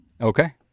Okay